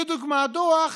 לדוגמה, דוח